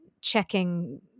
checking